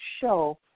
show